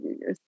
years